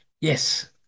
Yes